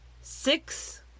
six